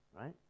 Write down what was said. right